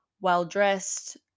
well-dressed